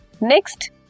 Next